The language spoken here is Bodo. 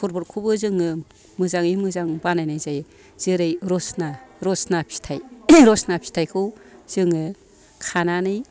सरबदखौबो जोङो मोजांङै मोजां बानायनाय जायो जेरै रसना रसना फिथाइ रसना फिथाइखौ जोङो खानानै